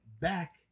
back